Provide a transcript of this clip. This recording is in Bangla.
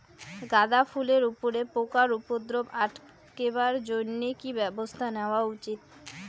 গাঁদা ফুলের উপরে পোকার উপদ্রব আটকেবার জইন্যে কি ব্যবস্থা নেওয়া উচিৎ?